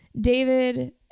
David